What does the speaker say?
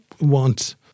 want